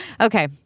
Okay